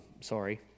Sorry